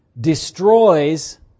destroys